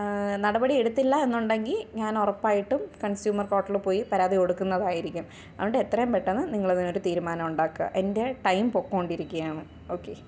നടപടി എടുത്തില്ല എന്നുണ്ടെങ്കിൽ ഞാൻ ഉറപ്പായിട്ടും കൺസ്യൂമർ കോർട്ടിൽ പോയി പരാതി കൊടുക്കുന്നതായിരിക്കും അതുകൊണ്ട് എത്രയും പെട്ടെന്ന് നിങ്ങൾ അതിനൊരു തീരുമാനം ഉണ്ടാക്കുക എൻ്റെ ടൈം പൊയിക്കൊണ്ടിരിക്കുകയാണ് ഓക്കേ